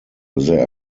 there